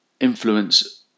influence